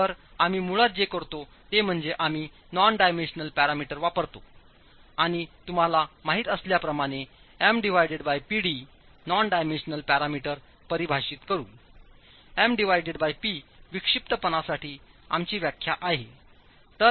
तर आम्ही मुळात जे करतो ते म्हणजे आम्ही नॉन डायमेंशनल पॅरामीटरवापरतोआणि तुम्हालामाहिती असल्याप्रमाणे MPdनॉन डायमेन्शनल पॅरामीटरपरिभाषितकरूMP विक्षिप्तपणासाठी आमची व्याख्या आहे